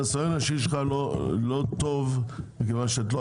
הניסיון האישי שלך לא טוב כי אתה לא